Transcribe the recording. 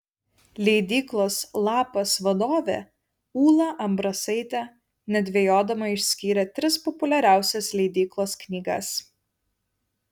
leidyklos lapas vadovė ūla ambrasaitė nedvejodama išskyrė tris populiariausias leidyklos knygas